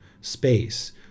space